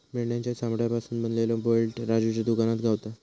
मेंढ्याच्या चामड्यापासून बनवलेलो बेल्ट राजूच्या दुकानात गावता